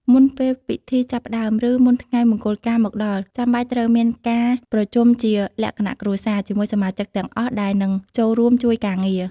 មុនពេលពិធីចាប់ផ្ដើម ឬមុនថ្ងៃមង្គលការមកដល់ ចាំបាច់ត្រូវមាន ការប្រជុំជាលក្ខណៈគ្រួសារ ជាមួយសមាជិកទាំងអស់ដែលនឹងចូលរួមជួយការងារ។